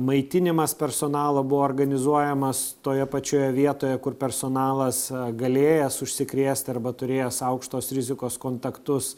maitinimas personalo buvo organizuojamas toje pačioje vietoje kur personalas galėjęs užsikrėsti arba turėjęs aukštos rizikos kontaktus